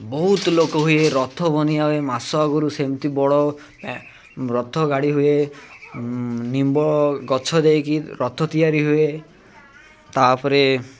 ବହୁତ ଲୋକ ହୁଏ ରଥ ବନା ହୁଏ ମାସ ଆଗୁରୁ ସେମିତି ବଡ଼ ରଥ ଗାଡ଼ି ହୁଏ ନିମ୍ବ ଗଛ ଦେଇକି ରଥ ତିଆରି ହୁଏ ତା'ପରେ